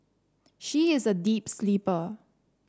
she is a deep sleeper